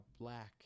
black